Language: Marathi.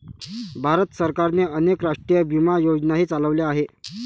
भारत सरकारने अनेक राष्ट्रीय विमा योजनाही चालवल्या आहेत